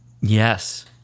Yes